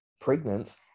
pregnant